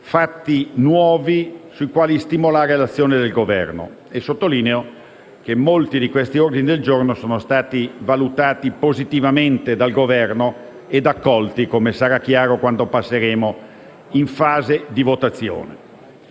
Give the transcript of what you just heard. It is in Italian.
fatti nuovi sui quali stimolare l'azione del Governo e sottolineo che molti di questi ordini del giorno sono stati valutati positivamente dal Governo e accolti, come sarà chiaro quando passeremo in fase di votazione.